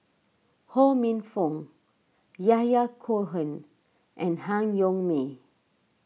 Ho Minfong Yahya Cohen and Han Yong May